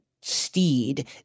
steed